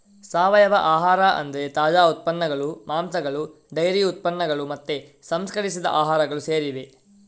ಸಾವಯವ ಆಹಾರ ಅಂದ್ರೆ ತಾಜಾ ಉತ್ಪನ್ನಗಳು, ಮಾಂಸಗಳು ಡೈರಿ ಉತ್ಪನ್ನಗಳು ಮತ್ತೆ ಸಂಸ್ಕರಿಸಿದ ಆಹಾರಗಳು ಸೇರಿವೆ